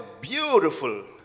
beautiful